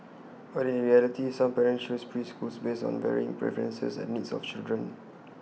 but in reality some parents choose preschools based on varying preferences and needs of children